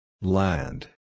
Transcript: Land